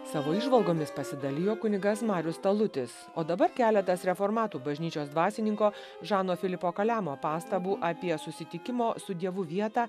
savo įžvalgomis pasidalijo kunigas marius talutis o dabar keletas reformatų bažnyčios dvasininko žano filipo kaleno pastabų apie susitikimo su dievu vietą